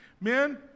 Men